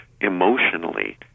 emotionally